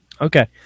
Okay